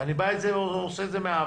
אני עושה את זה מאהבה.